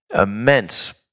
immense